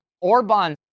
Orban